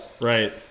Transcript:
Right